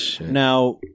now